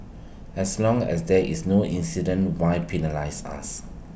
as long as there is no incident why penalise us